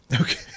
Okay